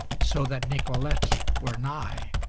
so that nicolete were nigh.